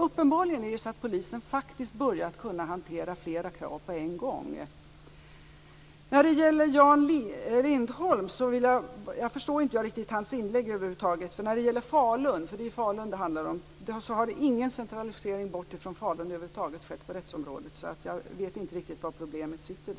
Uppenbarligen är det så att polisen faktiskt har börjat kunna hantera flera krav på en gång. Jag förstår inte riktigt Jan Lindholms inlägg. Någon centralisering bort från Falun - för det är Falun det handlar om - har över huvud taget inte skett på rättsområdet. Så jag vet inte riktigt var problemet ligger.